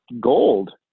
gold